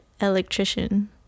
electrician